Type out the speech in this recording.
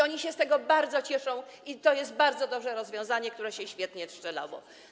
Oni się z tego bardzo cieszą i to jest bardzo dobre rozwiązanie, które się świetnie w to wstrzeliło.